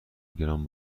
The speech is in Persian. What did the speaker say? گران